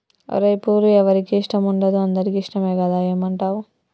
ఓరై పూలు ఎవరికి ఇష్టం ఉండదు అందరికీ ఇష్టమే కదా ఏమంటావ్